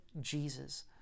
Jesus